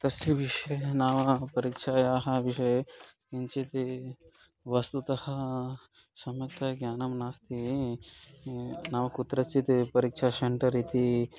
तस्य विषये नाम परीक्षायाः विषये किञ्चित् वस्तुतः सम्यक्तया ज्ञानं नास्ति नाम कुत्रचित् परीक्षा शेण्टर् इति